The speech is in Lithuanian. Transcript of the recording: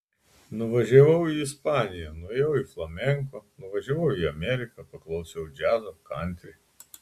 nuvažiavau į ispaniją nuėjau į flamenko nuvažiavau į ameriką paklausiau džiazo kantri